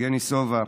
יבגני סובה,